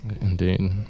Indeed